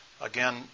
Again